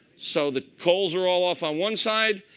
so the coals are all off on one side.